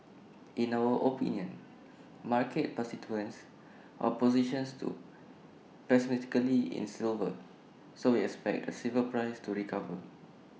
in our opinion market participants are positions too pessimistically in so we expect the silver price to recover